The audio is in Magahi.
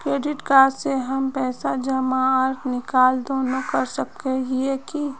क्रेडिट कार्ड से हम पैसा जमा आर निकाल दोनों कर सके हिये की?